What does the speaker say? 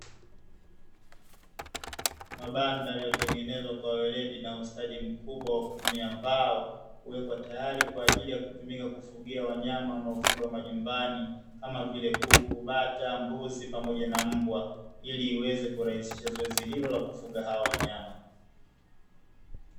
Mabanda yaliyotengenezwa kwa weredi na ustadi mkubwa wa kutumia mbao, huwekwa tayari kwa ajili ya kutumika kufugia wanyama wanaofugwa majumbani, kama vile: kuku, bata, mbuzi pamoja na mbwa; ili iweze kurahisisha zoezi hili la kufuga hawa wanyama.